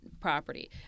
property